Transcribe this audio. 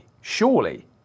surely